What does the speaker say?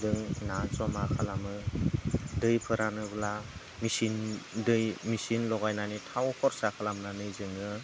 ना जमा खालामो दै फोरानोब्ला मेचिन दै मेचिन लगायनानै थाव खरसा खालामनानै जोङो